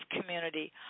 community